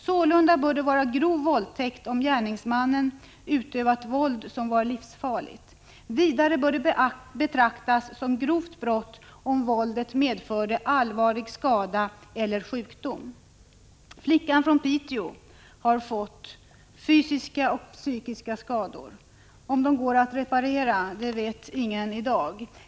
Sålunda bör det vara grov våldtäkt om gärningsmannen utövat våld som var livsfarligt. Vidare bör det betraktas som grovt brott om våldet medförde allvarlig skada eller sjukdom.” Flickan från Piteå har fått fysiska och psykiska skador. Om de går att reparera vet ingen i dag.